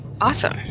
awesome